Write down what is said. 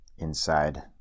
Inside